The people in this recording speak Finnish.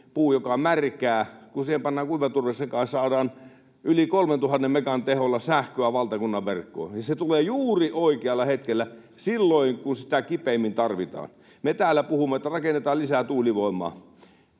puu, joka on märkää, ja kun siihen pannaan kuivaturve sekaan, saadaan yli 3 000 megan teholla sähköä valtakunnan verkkoon. Se tulee juuri oikealla hetkellä silloin, kun sitä kipeimmin tarvitaan. Me täällä puhumme, että rakennetaan lisää tuulivoimaa.